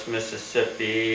Mississippi